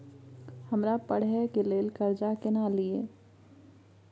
हमरा पढ़े के लेल कर्जा केना लिए?